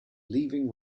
leaving